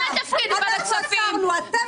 תתביישו לכם.